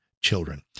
children